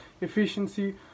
efficiency